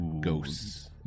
ghosts